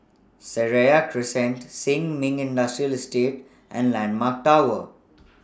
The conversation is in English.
Seraya Crescent Sin Ming Industrial Estate and Landmark Tower